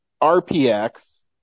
Rpx